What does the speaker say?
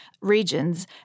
regions